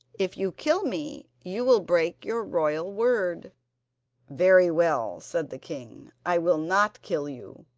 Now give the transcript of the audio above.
if you kill me you will break your royal word very well said the king, i will not kill you.